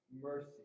mercy